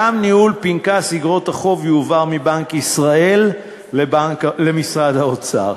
גם ניהול פנקס איגרות החוב יועבר מבנק ישראל למשרד האוצר.